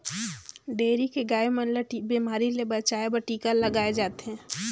dairy के गाय मन ल बेमारी ले बचाये बर टिका लगाल जाथे